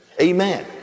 Amen